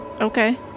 Okay